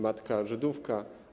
Matka Żydówka.